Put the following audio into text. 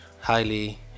highly